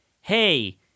hey